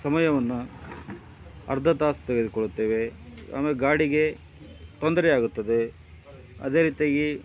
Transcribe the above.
ಸಮಯವನ್ನು ಅರ್ಧ ತಾಸು ತೆಗೆದುಕೊಳ್ತೇವೆ ಅಂದರೆ ಗಾಡಿಗೆ ತೊಂದರೆ ಆಗುತ್ತದೆ ಅದೇ ರೀತಿಯಾಗಿ